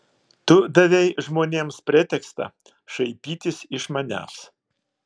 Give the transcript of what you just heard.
tu davei žmonėms pretekstą šaipytis iš manęs